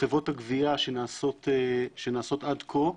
חברות הגבייה שנעשות עד כה,